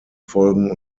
folgen